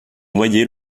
noyés